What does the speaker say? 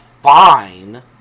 fine